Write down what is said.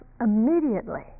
immediately